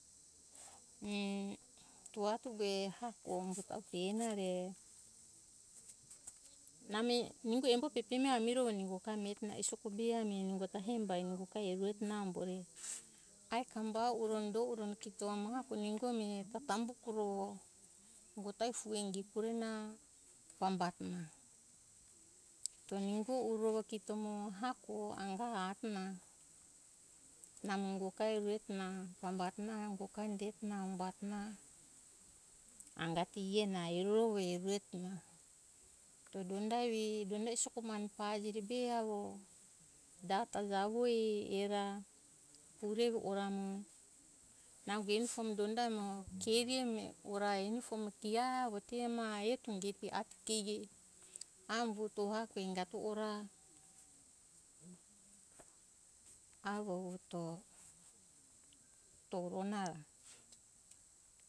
E to ato ue ehako ena re nami nungo embo pepemi amo miro isoko be ami nungo ta hembae numo ga erua na ambo re ai kambau uro do uro kito ahako ningo mi tambu kuro ungo ta fue ingi kure na pamba atona to ningo uro kito mo hako mo anga atona namo ungo ga erure eto na pambato na puka indeto na umbatona angati erona eroro ue na to donda evi donda isoko mane pajire be avo da ta javoi era pure ora mo nango eni fo donda emo keri emi for a enifo amo kia e avo te ma eto indi ati keie ambuto avo enga to ora avo toto toro na